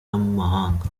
y’amahanga